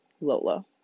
Lola